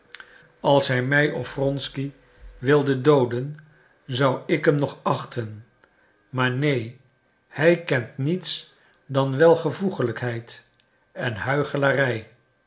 als hij mij of wronsky wilde dooden zou ik hem nog achten maar neen hij kent niets dan welvoegelijkheid en